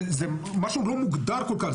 זה משהו לא מוגדר כל כך.